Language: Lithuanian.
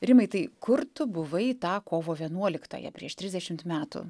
rimai tai kur tu buvai tą kovo vienuoliktąją prieš trisdešimt metų